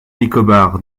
nicobar